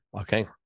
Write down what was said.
Okay